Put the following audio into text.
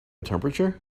temperature